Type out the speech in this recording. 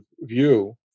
view